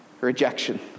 Rejection